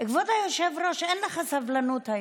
כבוד היושב-ראש, אין לך סבלנות היום.